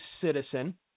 citizen